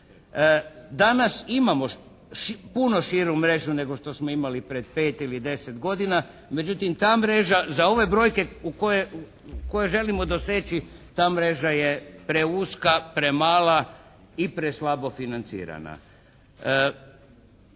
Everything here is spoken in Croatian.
Danas imamo puno širu mrežu nego što smo imali pred 5 ili 10 godina, međutim ta mreža za ove brojke koje želimo doseći, ta mreža je preuska, premala i preslabo financirana.